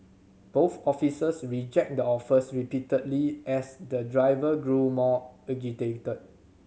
both officers rejected the offers repeatedly as the driver grew more agitated